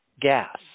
gas